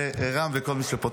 ורם וכל מי שפה.